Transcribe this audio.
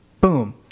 boom